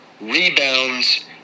rebounds